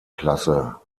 klasse